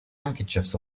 handkerchiefs